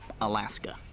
Alaska